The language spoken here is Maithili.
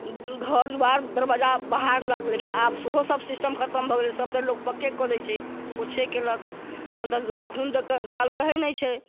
घर द्वार दरवज्जा बहारलक लेकिन आब सेहो सब सिस्टम खतम भऽ गेलै सब तरफ लोक पक्के कऽ दै छै पोछे केलक तहन तऽ खून तऽ कनी चालू रहय नहि छै